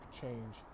change